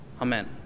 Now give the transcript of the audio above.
Amen